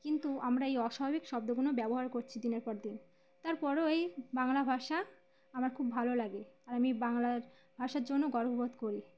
কিন্তু আমরা এই অস্বভাবিক শব্দগুলো ব্যবহার করছি দিনের পর দিন তারপরেও এই বাংলা ভাষা আমার খুব ভালো লাগে আর আমি বাংলা ভাষার জন্য গর্ববোধ করি